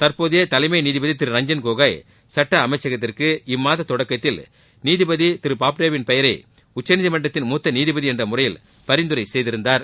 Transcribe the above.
தற்போதைய தலைமை நீதிபதி திரு ரஞ்சன் கோகோய் சட்ட அமைச்சகத்திற்கு இம்மாத தொடக்கத்தில் நீதிபதி பாப்டேவின் பெயரை உச்சநீதிமன்றத்தின் மூத்த நீதிபதி என்ற முறையில் பரிந்துரை செய்திருந்தார்